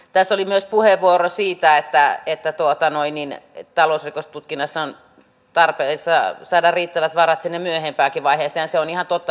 tässä oli myös puheenvuoro siitä että talousrikostutkinnassa on tarpeellista saada riittävät varat sinne myöhempäänkin vaiheeseen ja se on ihan totta